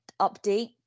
update